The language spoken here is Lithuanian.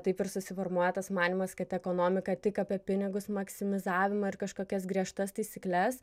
taip ir susiformuoja tas manymas kad ekonomika tik apie pinigus maksimizavimą ir kažkokias griežtas taisykles